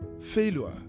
failure